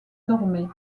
dormait